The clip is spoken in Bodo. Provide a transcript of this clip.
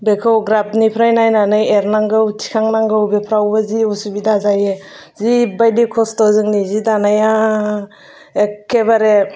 बेखौ ग्राबनिफ्राय नायनानै एरनांगौ थिखांनांगौ बेफ्रावबो जि असुबिदा जायो जिबबायदि खस्थ' जोंनि जि दानाया एगखेबारे